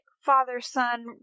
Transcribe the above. father-son